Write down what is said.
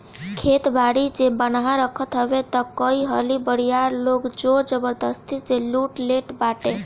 खेत बारी जे बान्हे रखत हवे तअ कई हाली बरियार लोग जोर जबरजस्ती से लूट लेट बाटे